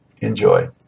Enjoy